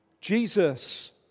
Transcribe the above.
Jesus